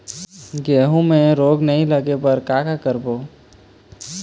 गेहूं म रोग नई लागे बर का का करबो?